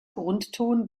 grundton